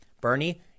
Bernie